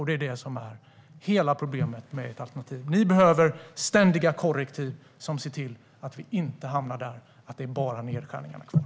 Det är det som är hela problemet med ert alternativ. Ni behöver ständiga korrektiv som ser till att vi inte hamnar i ett läge där det bara är nedskärningar kvar.